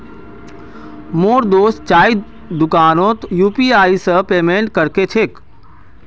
मोर दोस्त चाइर दुकानोत यू.पी.आई स भुक्तान कर छेक